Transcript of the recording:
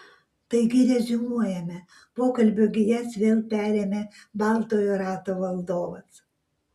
taigi reziumuojame pokalbio gijas vėl perėmė baltojo rato valdovas